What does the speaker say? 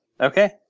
Okay